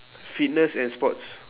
fitness and sports